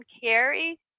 carry